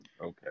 Okay